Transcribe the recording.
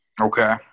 okay